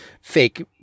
fake